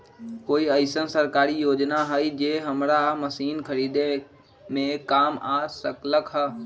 कोइ अईसन सरकारी योजना हई जे हमरा मशीन खरीदे में काम आ सकलक ह?